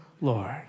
Lord